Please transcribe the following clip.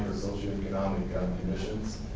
socioeconomic conditions,